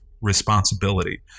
responsibility